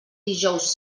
dijous